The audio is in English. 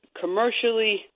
commercially